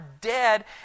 dead